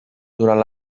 durant